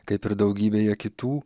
kaip ir daugybėje kitų